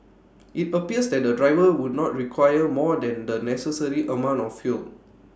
IT appears that the driver would not require more than the necessary amount of fuel